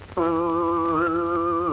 for